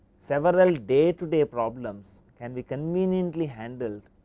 several day to day problems can be conveniently handle